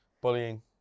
bullying